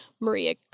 maria